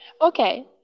Okay